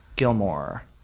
Gilmore